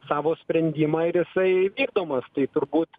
savo sprendimą ir jisai vykdomas tai turbūt